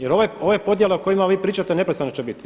Jer ove podjele o kojima vi pričate neprestano će biti.